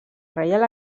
reial